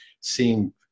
seeing